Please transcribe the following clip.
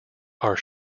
are